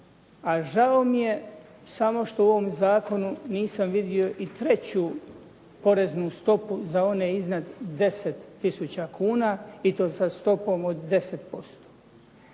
A žao mi je samo što u ovom zakonu nisam vidio i treću poreznu stopu za one iznad 10 000 kuna i to sa stopom od 10%